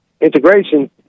integration